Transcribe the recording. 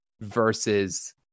versus